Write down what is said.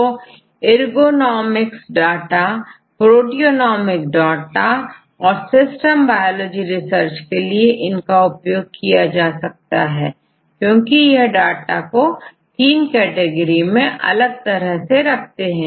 तो ergonomics dataप्रोटियोमिक data और सिस्टम बायोलॉजी रिसर्च को समझने के लिए इन्हें एक साथ लाना जरूरी है क्योंकि यह डाटा को तीन कैटेगरी में अलग तरह से रखते हैं